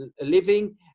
living